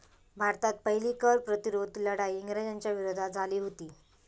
भारतात पहिली कर प्रतिरोध लढाई इंग्रजांच्या विरोधात झाली हुती